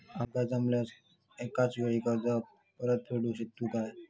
आमका जमल्यास एकाच वेळी कर्ज परत फेडू शकतू काय?